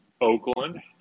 Oakland